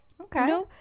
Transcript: Okay